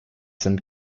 sind